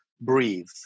breathe